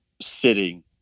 sitting